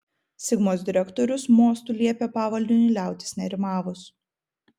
sigmos direktorius mostu liepė pavaldiniui liautis nerimavus